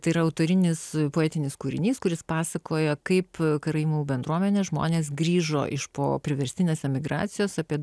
tai autorinis poetinis kūrinys kuris pasakoja kaip karaimų bendruomenės žmonės grįžo iš po priverstinės emigracijos apie